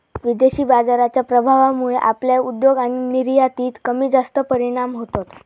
विदेशी बाजाराच्या प्रभावामुळे आपल्या उद्योग आणि निर्यातीत कमीजास्त परिणाम होतत